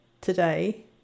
today